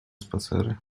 spacery